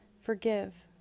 Forgive